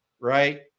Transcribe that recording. Right